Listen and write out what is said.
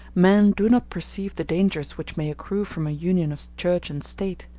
men do not perceive the dangers which may accrue from a union of church and state.